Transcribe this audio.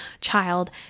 child